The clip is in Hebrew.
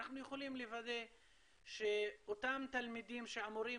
שאנחנו יכולים לוודא שאותם תלמידים שאמורים